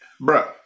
Bruh